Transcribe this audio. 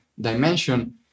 dimension